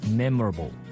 memorable